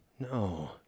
No